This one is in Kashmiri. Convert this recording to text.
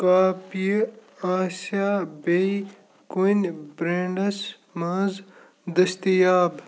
کاپیہِ آسیٛا بیٚیہِ کُنۍ برٛینٛڈَس منٛز دٔستِیاب